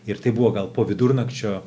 ir tai buvo gal po vidurnakčio